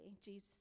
Jesus